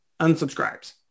unsubscribes